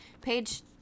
page